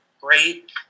great